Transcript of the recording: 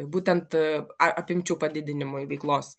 būtent apimčių padidinimui veiklos